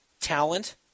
talent